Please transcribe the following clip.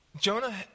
Jonah